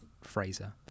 Fraser